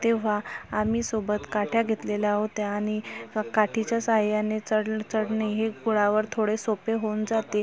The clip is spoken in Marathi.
तेव्हा आम्ही सोबत काठ्या घेतलेल्या होत्या आणि काठीच्या सहाय्याने चढ चढणे हे गडावर थोडे सोपे होऊन जाते